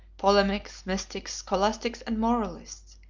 polemics, mystics, scholastics, and moralists,